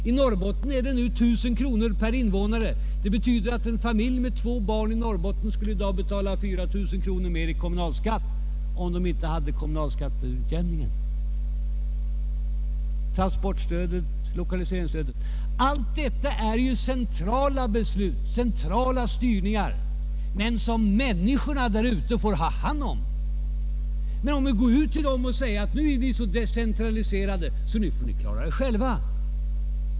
I Norrbotten motsvarar den nu 1 000 kronor per invånare, vilket betyder att en familj i Norrbotten med två barn skulle få betala 4 000 kronor mer i kommunalskatt, om inte kommunalskatteutjämningen funnes. Transportstödet, lokaliseringsstödet är också centralt beslutade styrningar som människorna i respektive områden får ha hand om. Men vore det riktigt om vi sade till dem: Nu är ni så decentraliserade, att ni får klara er själva?